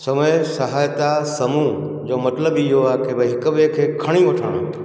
समय सहायता समूह जो मतिलबु इहो आहे की भई हिकु ॿिए खे खणी वठणु